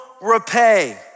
repay